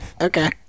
okay